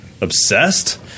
obsessed